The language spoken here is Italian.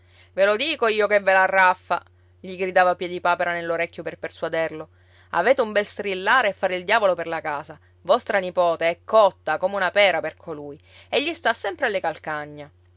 ve lo dico io che ve l'arraffa gli gridava piedipapera nell'orecchio per persuaderlo avete un bel strillare e fare il diavolo per la casa vostra nipote è cotta come una pera per colui e gli sta sempre alle calcagna